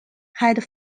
had